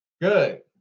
Good